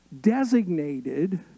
designated